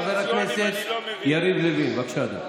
חבר הכנסת יריב לוין, בבקשה, אדוני.